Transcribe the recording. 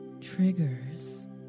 triggers